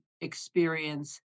experience